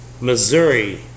Missouri